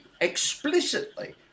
explicitly